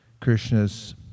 Krishna's